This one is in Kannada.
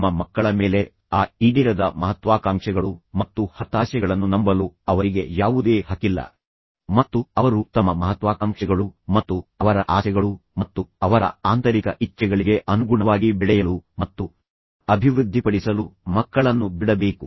ತಮ್ಮ ಮಕ್ಕಳ ಮೇಲೆ ಆ ಈಡೇರದ ಮಹತ್ವಾಕಾಂಕ್ಷೆಗಳು ಮತ್ತು ಹತಾಶೆಗಳನ್ನು ನಂಬಲು ಅವರಿಗೆ ಯಾವುದೇ ಹಕ್ಕಿಲ್ಲ ಮತ್ತು ಅವರು ತಮ್ಮ ಮಹತ್ವಾಕಾಂಕ್ಷೆಗಳು ಮತ್ತು ಅವರ ಆಸೆಗಳು ಮತ್ತು ಅವರ ಆಂತರಿಕ ಇಚ್ಛೆಗಳಿಗೆ ಅನುಗುಣವಾಗಿ ಬೆಳೆಯಲು ಮತ್ತು ಅಭಿವೃದ್ಧಿಪಡಿಸಲು ಮಕ್ಕಳನ್ನು ಬಿಡಬೇಕು